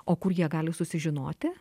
o kur jie gali susižinoti